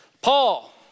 Paul